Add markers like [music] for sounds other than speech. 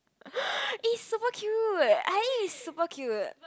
[noise] is super cute I is super cute